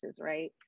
right